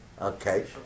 Okay